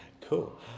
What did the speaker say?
Cool